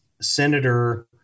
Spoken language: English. Senator